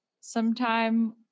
sometime